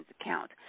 account